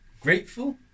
Grateful